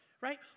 right